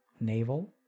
navel